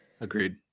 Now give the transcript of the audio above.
Agreed